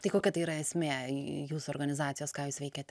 tai kokia tai yra esmė jūs organizacijos ką jūs veikiate